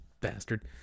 bastard